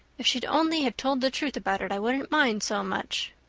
if she'd only have told the truth about it i wouldn't mind so much.